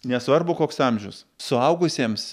nesvarbu koks amžius suaugusiems